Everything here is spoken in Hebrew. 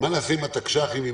עם התקש"חים?